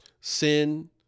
Sin